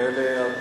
השעון,